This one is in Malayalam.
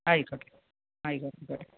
ആയിക്കോട്ടെ ആയിക്കോട്ടെ